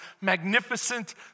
magnificent